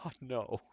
no